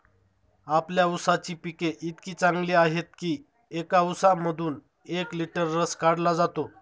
आपल्या ऊसाची पिके इतकी चांगली आहेत की एका ऊसामधून एक लिटर रस काढला जातो